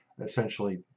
essentially